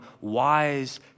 wise